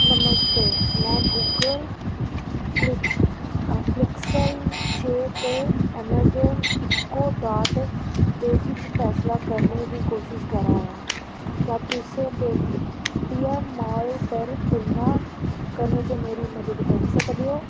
नमस्ते में Google Pixel छेऽ ते अमेज़ान इको डॉट दे बिच फैसला करने दी कोशश करा दा क्या तुस पे टी एम मॉल पर तुलना करने च मेरी मदद करी सकदे ओ